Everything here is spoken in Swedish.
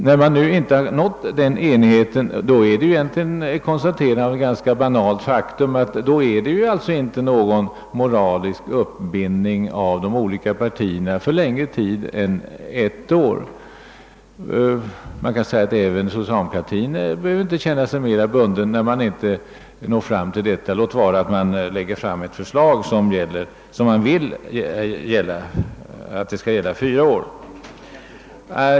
När man nu inte har lyckats uppnå den enigheten är det emellertid endast att konstatera det banala faktum, att det inte finns någon moralisk bindning av de olika politiska partierna för längre tid än ett år. Man kan även säga att inte heller socialdemokraterna behöver känna sig mera bundna i detta fall, när man inte nått fram till denna enighet, låt vara att man lagt fram ett förslag som man önskat skulle gälla för fyra år.